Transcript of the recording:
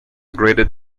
graded